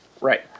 Right